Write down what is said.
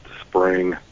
spring